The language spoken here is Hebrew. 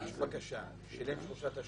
הוא הגיש בקשה, שילם שלושה תשלומים,